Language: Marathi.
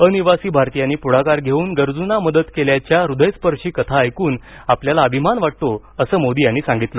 अनिवासी भारतीयांनी पुढाकार घेऊन गरजूंना मदत केल्याच्या हृदयस्पर्शी कथा ऐकून आपल्याला अभिमान वाटतो असं मोदी यांनी सांगितलं